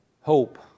hope